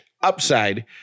upside